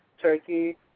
turkey